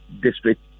District